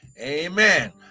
Amen